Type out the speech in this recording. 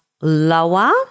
lower